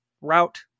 route